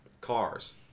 cars